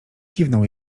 kiwnął